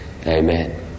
Amen